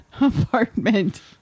apartment